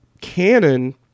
canon